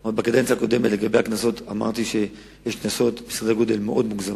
עוד בקדנציה הקודמת אמרתי לגבי הקנסות שיש קנסות מאוד מוגזמים,